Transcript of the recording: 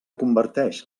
converteix